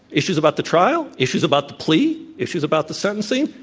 issues about the trial, issues about the plea, issues about the sentencing.